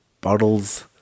bottles